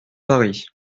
paris